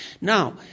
Now